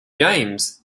games